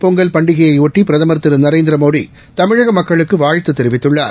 பொங்கல் பண்டிகையையொட்டி பிரதமர் திரு நரேந்திர மோடி தமிழக மக்களுக்கு வாழ்த்துத் தெரிவித்துள்ளார்